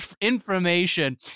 information